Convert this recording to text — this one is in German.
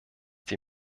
die